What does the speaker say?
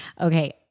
Okay